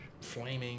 Flaming